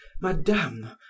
Madame